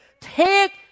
take